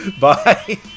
Bye